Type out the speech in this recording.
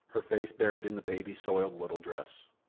her face buried in the baby's soiled little dress.